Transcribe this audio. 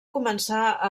començar